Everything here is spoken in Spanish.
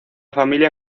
familia